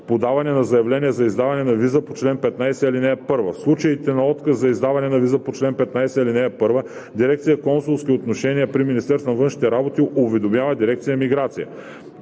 подаване на заявление за издаване на виза по чл. 15, ал. 1. В случаите на отказ за издаване на виза по чл. 15, ал. 1 дирекция „Консулски отношения“ при Министерството на външните работи уведомява дирекция „Миграция“.